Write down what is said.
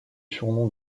surnom